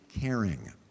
caring